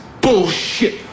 bullshit